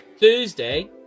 Thursday